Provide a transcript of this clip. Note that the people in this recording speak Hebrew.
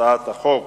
הצעת חוק